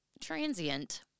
transient